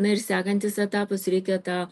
na ir sekantis etapas reikia tą